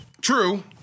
True